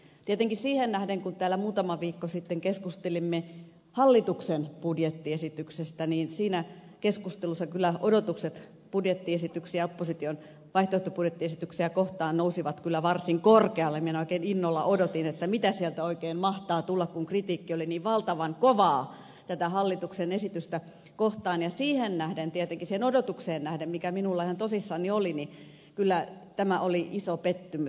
tietenkin siihen nähden kun täällä muutama viikko sitten keskustelimme hallituksen budjettiesityksestä ja siinä keskustelussa kyllä odotukset opposition vaihtoehtobudjettiesityksiä kohtaan nousivat varsin korkealle minä oikein innolla odotin mitä sieltä oikein mahtaa tulla kun kritiikki oli niin valtavan kovaa tätä hallituksen esitystä kohtaan siihen odotukseen nähden mikä minulla ihan tosissani oli tämä oli kyllä iso pettymys